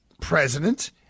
president